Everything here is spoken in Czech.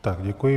Tak děkuji.